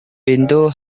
pintu